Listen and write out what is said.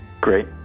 Great